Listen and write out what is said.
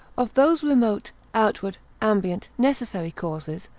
of those remote, outward, ambient, necessary causes,